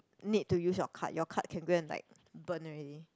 need to use your card your card can go and like burn already